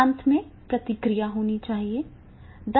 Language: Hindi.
अंत में प्रतिक्रिया होनी चाहिए